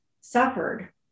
suffered